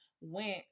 went